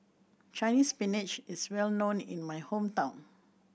Chinese Spinach is well known in my hometown